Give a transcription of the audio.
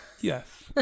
Yes